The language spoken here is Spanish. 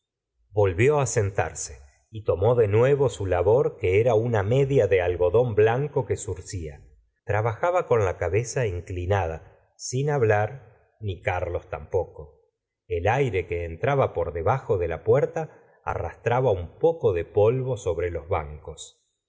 volvió sentarse y tomó de nuevo su labor que era una media de algodón blanco que zurcía trabajaba con la cabeza inclinada sin hablar ni carlos tampoco el aire que entraba por debajo de la puerta arrastraba un poco de polvo sobre los bancos